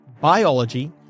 Biology